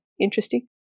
interesting